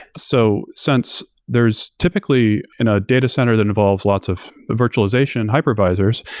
so since there's typically in a data center that involves lots of virtualization hypervisors,